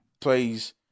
plays